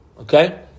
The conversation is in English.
Okay